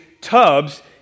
tubs